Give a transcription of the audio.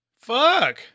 Fuck